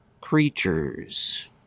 creatures